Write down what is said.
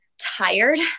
tired